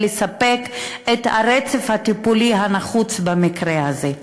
לספק את הרצף הטיפולי הנחוץ במקרה הזה.